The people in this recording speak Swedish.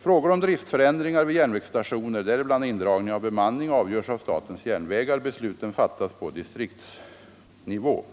Frågor om driftförändringar vid järnvägsstationer, däribland indragning av bemanning, avgörs av statens järnvägar. Besluten fattas på distriktsnivå.